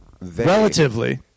relatively